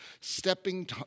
stepping